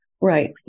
right